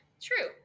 True